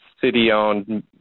city-owned